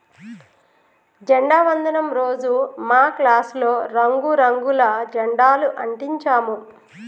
జెండా వందనం రోజు మా క్లాసులో రంగు రంగుల జెండాలు అంటించాము